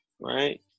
Right